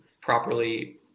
properly